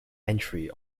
entry